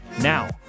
Now